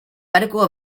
medical